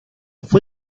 fue